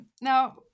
now